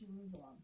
Jerusalem